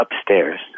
upstairs